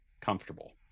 comfortable